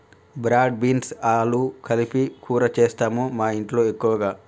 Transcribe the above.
broad beans ఆలు కలిపి కూర చేస్తాము మాఇంట్లో ఎక్కువగా